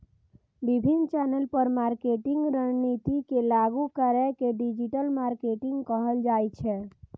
विभिन्न चैनल पर मार्केटिंग रणनीति के लागू करै के डिजिटल मार्केटिंग कहल जाइ छै